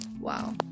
Wow